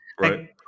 right